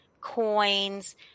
coins